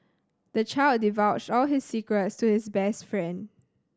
the child divulged all his secrets to his best friend